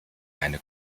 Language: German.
eine